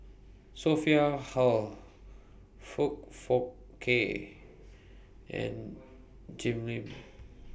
Sophia Hull Foong Fook Kay and Jim Lim